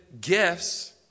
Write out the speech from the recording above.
gifts